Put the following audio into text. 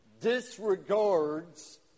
disregards